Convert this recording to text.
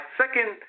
second